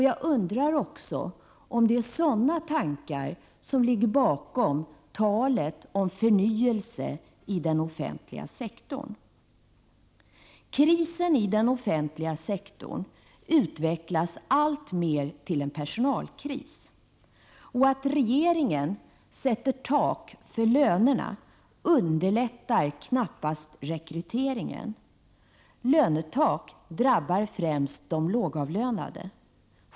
Jag undrar också om det är sådana tankar som ligger bakom talet om förnyelse i den offentliga sektorn. Krisen i den offentliga sektorn utvecklas alltmer till en personalkris. Att regeringen sätter tak för lönerna underlättar knappast rekryteringen. Lönetak drabbar främst de lågavlönade.